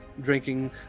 drinking